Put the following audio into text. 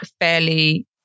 fairly